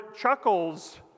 chuckles